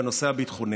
בנושא הביטחוני,